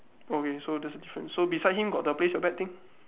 okay so that's a difference so beside him got the place your bet thing